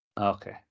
Okay